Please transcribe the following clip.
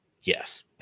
Yes